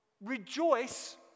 rejoice